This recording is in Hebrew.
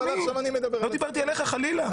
לא דיברתי עליך, חלילה.